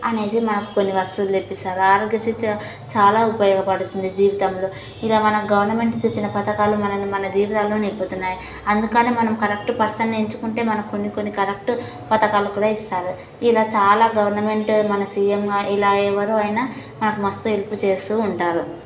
అనేసి మనకు కొన్ని వస్తువులు తెప్పిస్తారు ఆరోగ్యశ్రీ చా చాలా ఉపయోగపడుతుంది జీవితంలో ఇలా మన గవర్నమెంట్ తెచ్చిన పథకాలు మనల్ని మన జీవితాలు నింపుతున్నాయి అందుకని మనం కరెక్ట్ పర్సన్ ఎంచుకుంటే మనకు కొన్ని కొన్ని కరెక్టు పథకాలు కూడా ఇస్తారు ఇలా చాలా గవర్నమెంట్ మన సీఎంగా ఇలా ఎవరు అయినా మనకు మస్తు హెల్ప్ చేస్తూ ఉంటారు